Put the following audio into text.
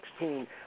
2016